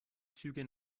züge